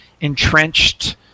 entrenched